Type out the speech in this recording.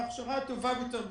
מההכשרה הטובה ביותר שיש,